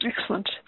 Excellent